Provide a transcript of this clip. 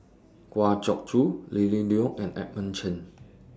Kwa Geok Choo Lily Neo and Edmund Chen